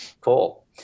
Cool